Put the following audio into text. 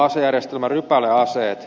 rypäleaseet